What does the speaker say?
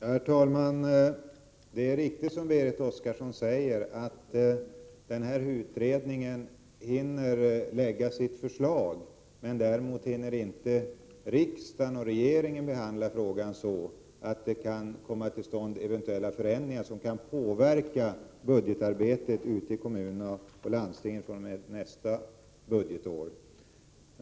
Herr talman! Det är riktigt, som Berit Oscarsson säger, att denna utredning visserligen hinner lägga fram sitt förslag men att riksdagen och regeringen däremot inte kan behandla frågan så, att det kan komma till stånd eventuella förändringar som skulle kunna påverka budgetarbetet i kommunerna och landstingen fr.o.m. nästa budgetår.